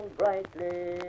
brightly